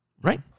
Right